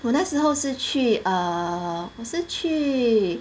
我那时候是去 err 我是去